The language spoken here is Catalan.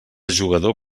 jugador